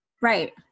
Right